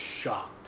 shocked